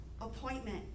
appointment